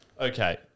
Okay